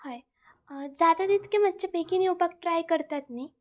हय जाता तितके मात्शे बेगीन येवपाक ट्राय करतात न्ही